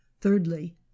thirdly